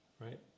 right